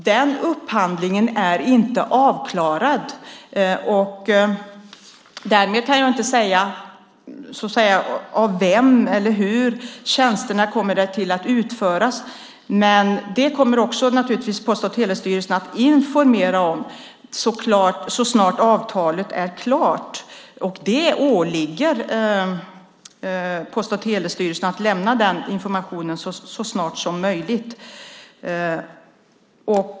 Den upphandlingen är inte avklarad. Därmed kan jag inte säga av vem eller hur tjänsterna kommer att utföras, men det kommer naturligtvis Post och telestyrelsen att informera om så snart avtalet är klart. Det åligger Post och telestyrelsen att lämna den informationen så snart som möjligt.